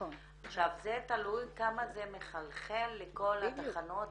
זה תלוי כמה זה מחלחל לכל התחנות,